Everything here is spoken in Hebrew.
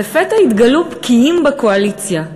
ולפתע התגלו בקיעים בקואליציה.